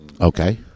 Okay